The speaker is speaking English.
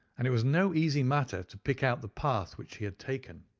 and it was no easy matter to pick out the path which he had taken.